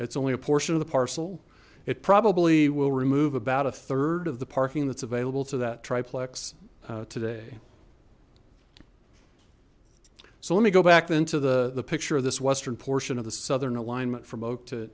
it's only a portion of the parcel it probably will remove about a third of the parking that's available to that triplex today so let me go back then to the the picture of this western portion of the southern alignment from oak to